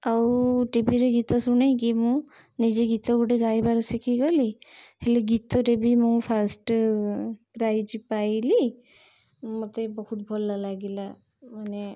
ଆଉ ଟିଭିରେ ଗୀତ ଶୁଣେଇକି ମୁଁ ନିଜେ ଗୀତ ଗୋଟେ ଗାଇବାର ଶିଖିଗଲି ହେଲେ ଗୀତଟେ ବି ମୁଁ ଫାଷ୍ଟ୍ ପ୍ରାଇଜ୍ ପାଇଲି ମୋତେ ବହୁତ ଭଲ ଲାଗିଲା ମାନେ